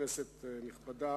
כנסת נכבדה,